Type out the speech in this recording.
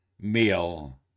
meal